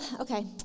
okay